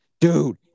Dude